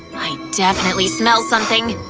i definitely smell something!